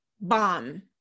bomb